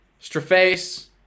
Straface